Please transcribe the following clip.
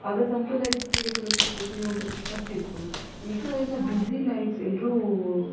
ಆಗ ಸಾಂಪ್ರದಾಯಿಕ ಕ್ರೀಡೆಗಳು ಸ್ವಲ್ಪ ಉಪಯೋಗಕ್ಕೆ ಬರ್ತಿತ್ತು ಈಗ ಎಲ್ಲ ಬಿಸಿ ಲೈಫ್ ಎಲ್ಲರೂ